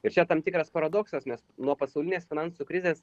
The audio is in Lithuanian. ir čia tam tikras paradoksas nes nuo pasaulinės finansų krizės